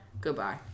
Goodbye